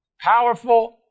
powerful